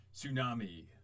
Tsunami